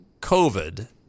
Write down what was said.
COVID